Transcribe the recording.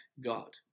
God